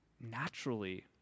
naturally